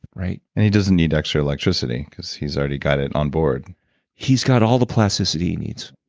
right? and he doesn't need extra electricity, cause he's already got it onboard he's got all the plasticity he needs.